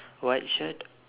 white shirt